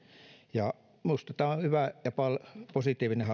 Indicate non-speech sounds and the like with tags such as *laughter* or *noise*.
minusta tämä on hyvä ja positiivinen *unintelligible*